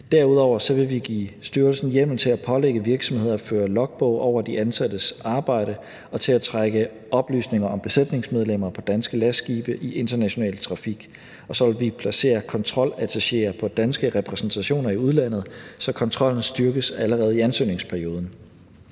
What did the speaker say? Derudover vil vi give styrelsen hjemmel til at pålægge virksomheder at føre logbog over de ansattes arbejde og til at trække oplysninger om besætningsmedlemmer på danske lastskibe i international trafik, og så vil vi placere kontrolattachéer på danske repræsentationer i udlandet, så kontrollen styrkes allerede i ansøgningsperioden.